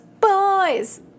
boys